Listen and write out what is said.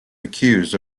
accused